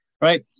right